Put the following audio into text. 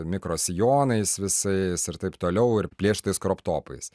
mikro sijonais visais ir taip toliau ir plėštais krop topais